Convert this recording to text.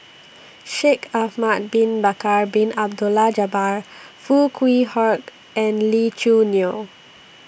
Shaikh Ahmad Bin Bakar Bin Abdullah Jabbar Foo Kwee Horng and Lee Choo Neo